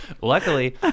Luckily